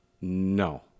no